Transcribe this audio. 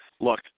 look